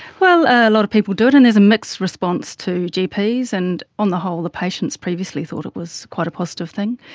a lot of people do it, and there's a mixed response to gps, and on the whole the patients previously thought it was quite a positive thing,